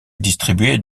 distribuer